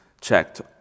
checked